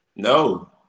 No